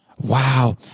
Wow